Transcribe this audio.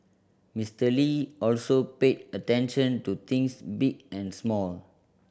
Mister Lee also paid attention to things big and small